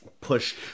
Push